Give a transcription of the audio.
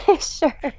sure